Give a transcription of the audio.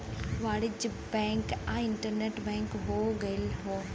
वाणिज्य बैंक अब internet bank हो गयल हौ